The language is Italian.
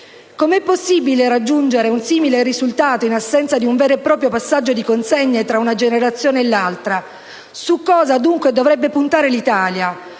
Come è possibile raggiungere un simile risultato in assenza di un vero e proprio passaggio di consegne tra una generazione e l'altra? Su cosa dunque dovrebbe puntare l'Italia?